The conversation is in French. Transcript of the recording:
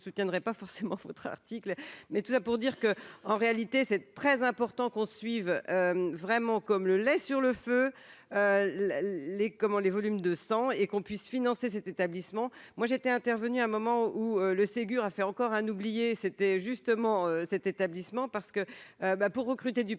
je je soutiendrai pas forcément votre article, mais tout ça pour dire que, en réalité, c'est très important qu'on suive vraiment comme le lait sur le feu, les, comment les volumes de sang et qu'on puisse financer cet établissement, moi j'étais intervenu à un moment où le Ségur a fait encore un oublié c'était justement cet établissement parce que bah pour recruter du